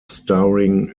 starring